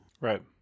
right